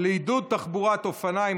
לעידוד תחבורת אופניים,